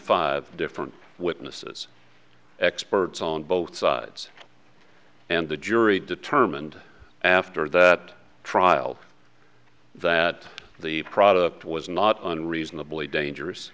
five different witnesses experts on both sides and the jury determined after that trial that the product was not unreasonably dangerous